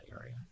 area